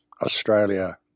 Australia